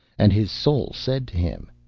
and his soul said to him,